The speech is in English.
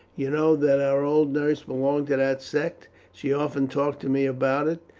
you know that our old nurse belonged to that sect. she often talked to me about it,